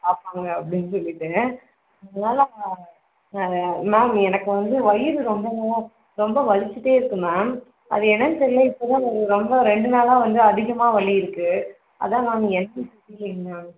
பார்ப்பாங்க அப்படின்னு சொல்லிட்டு அதனால் மேம் எனக்கு வந்து வயிறு ரொம்ப நாளாக ரொம்ப வலிச்சிகிட்டே இருக்குது மேம் அது என்னென்னு தெரியல இப்போ தான் ஒரு ரொம்ப ரெண்டு நாளாக வந்து அதிகமாக வலி இருக்குது அதுதான் மேம் என்னென்னு தெரியலையே மேம்